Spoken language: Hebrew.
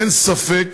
אין ספק